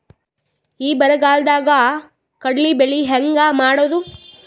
ಈ ಬರಗಾಲದಾಗ ಕಡಲಿ ಬೆಳಿ ಹೆಂಗ ಮಾಡೊದು?